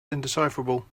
indecipherable